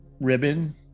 ribbon